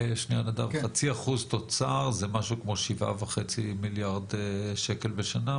0.5% תוצר זה משהו כמו 7.5 מיליארד שקל בשנה,